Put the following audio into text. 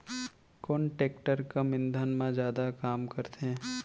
कोन टेकटर कम ईंधन मा जादा काम करथे?